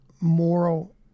moral